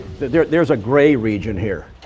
there's there's a grey region here.